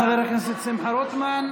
חבר הכנסת שמחה רוטמן.